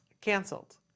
canceled